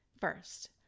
First